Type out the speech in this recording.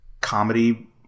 comedy